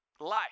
life